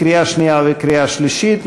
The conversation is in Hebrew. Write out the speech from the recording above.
לקריאה שנייה ולקריאה שלישית.